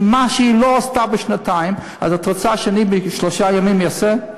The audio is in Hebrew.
מה שהיא לא עשתה בשנתיים את רוצה שאני בשלושה ימים אעשה?